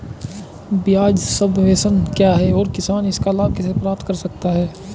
ब्याज सबवेंशन क्या है और किसान इसका लाभ कैसे प्राप्त कर सकता है?